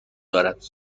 دارد